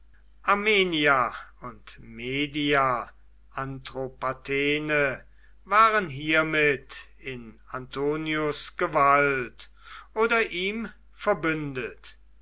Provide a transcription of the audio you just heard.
armenia und media atropatene waren hiermit in antonius gewalt oder ihm verbündet